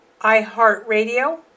iHeartRadio